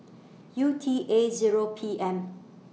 U T A Zero P M